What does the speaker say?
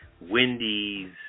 Wendy's